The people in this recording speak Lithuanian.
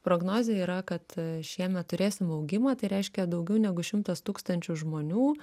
prognozė yra kad šiemet turėsim augimą tai reiškia daugiau negu šimtas tūkstančių žmonių